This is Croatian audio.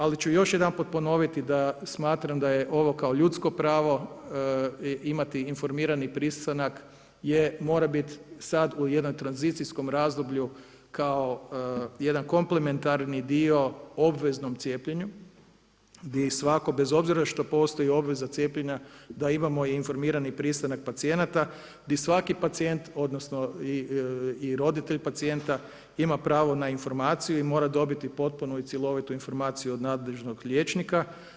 Ali ću još jedanput ponoviti da smatram da je ovo kao ljudsko pravo imati informirani pristanak je mora biti sad u jednom tranzicijskom razdoblju kao jedan komplementarni dio obveznom cijepljenju gdje svatko bez obzira što postoji obveza cijepljenja da imamo informirani pristanak pacijenata, gdje svaki pacijent odnosno, i roditelj pacijenta ima pravo na informaciju i mora dobiti potpunu i cjelovitu informaciju od nadležnog liječnika.